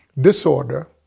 disorder